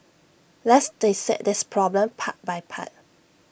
let's dissect this problem part by part